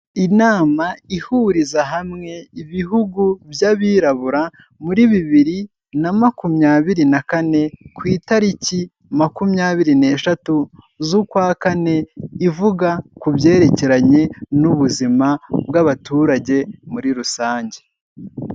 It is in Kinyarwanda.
Inama ihuriza hamwe ibihugu by'abirabura muri bibiri na makumyabiri na kane ku itariki makumyabiri n'eshatu z'ukwa kane, ivuga ku byerekeranye n'ubuzima bw'abaturage muri rusange.